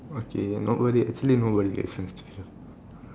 okay not worth it actually not worth it